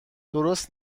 درست